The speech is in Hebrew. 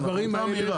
החלטה מהירה,